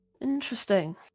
interesting